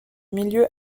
milieu